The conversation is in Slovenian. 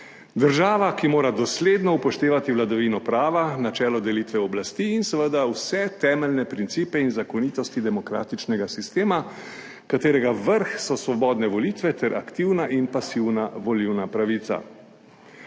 Država, ki mora dosledno upoštevati vladavino prava, načelo delitve oblasti in seveda vse temeljne principe in zakonitosti demokratičnega sistema, katerega vrh so svobodne volitve ter aktivna in pasivna volilna pravica.